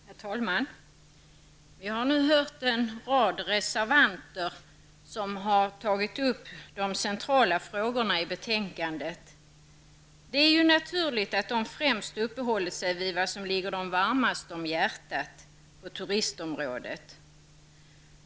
Herr talman! Vi har nu hört en rad av reservanter som har tagit upp de centrala frågorna i betänkandet. Det är ju naturligt att de främst uppehållit sig vid vad som ligger dem varmast om hjärtat på turistområdet.